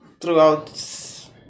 throughout